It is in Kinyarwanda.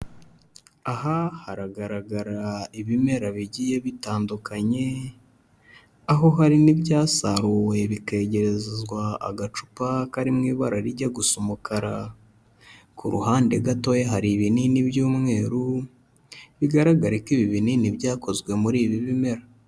Aha haragaragara ibimera bigiye bitandukanye, aho hari n'ibyasaruwe bikegerezwa agacupa kari mu ibara rijya gu gusa umukara, ku ruhande gatoya hari ibinini by'umweru bigaragare ko ibi binini byakozwe muri ibi bimera.